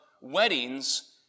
weddings